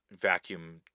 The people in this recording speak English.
vacuum